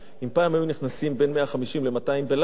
אם פעם היו נכנסים בין 150 ל-200 בלילה,